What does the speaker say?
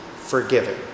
forgiven